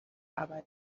arbeit